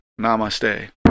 Namaste